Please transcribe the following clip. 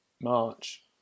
March